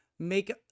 Make